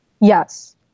Yes